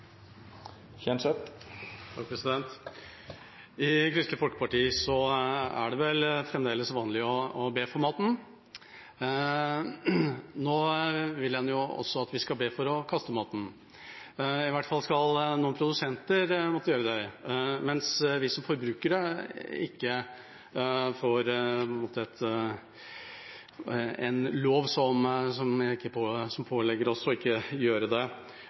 I Kristelig Folkeparti er det vel fremdeles vanlig å be for maten. Nå vil en også at vi skal be for å kaste maten. I hvert fall skal noen produsenter måtte gjøre det, mens vi som forbrukere ikke får en lov som pålegger oss ikke å gjøre det. Nå er pizza den vanligste middagen. Det